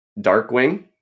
Darkwing